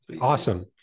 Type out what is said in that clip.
Awesome